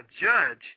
judge